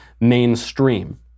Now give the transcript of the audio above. mainstream